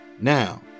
now